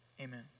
Amen